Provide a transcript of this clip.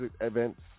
events